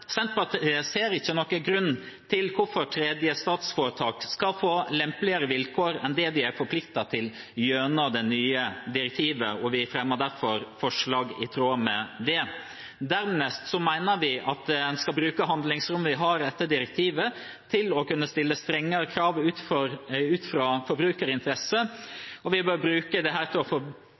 Senterpartiet ser ikke noen grunn til hvorfor tredjestatsforetak skal få lempeligere vilkår enn det de er forpliktet til gjennom det nye direktivet, og vi fremmer derfor forslag i tråd med det. Dernest mener vi at en skal bruke handlingsrommet vi har etter direktivet, til å kunne stille strengere krav ut fra forbrukerinteresser, og vi bør bruke dette til å